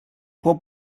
può